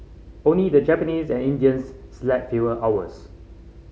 only the Japanese and Indians slept fewer hours